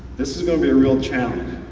this is going to be a real challenge.